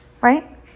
right